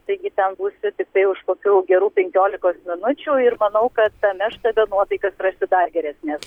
taigi ten būsiu tiktai už kokių gerų penkiolikos minučių ir manau kad tame štabe nuotaikas rasiu dar geresnes